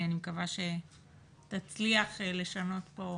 אני מקווה שתצליח לשנות כאן